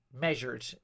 measured